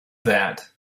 that